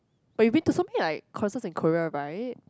but you been to something like concerts in Korea right